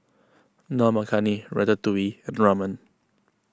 Dal Makhani Ratatouille and Ramen